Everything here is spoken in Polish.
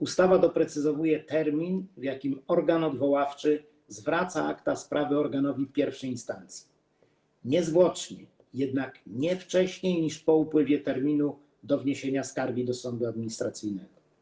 Ustawa doprecyzowuje termin, w jakim organ odwoławczy zwraca akta sprawy organowi I instancji - niezwłocznie, jednak nie wcześniej niż po upływie termin do wniesienia skargi do sądu administracyjnego.